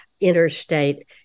interstate